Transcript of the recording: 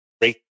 great